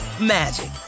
magic